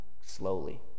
Slowly